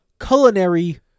culinary